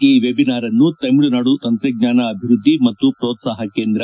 ಈ ವೆಬಿನಾರ್ನ್ನು ತಮಿಳುನಾಡು ತಂತ್ರಜ್ಞಾನ ಅಭಿವೃದ್ಧಿ ಮತ್ತು ಪ್ರೋತ್ಲಾಹ ಕೇಂದ್ರ